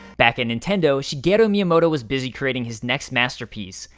back at nintendo, shigeru miyamoto was busy creating his next masterpiece,